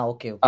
Okay